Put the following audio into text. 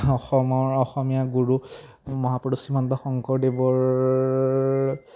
অসমৰ অসমীয়া গুৰু মহাপুৰুষ শ্ৰীমন্ত শংকৰদেৱৰ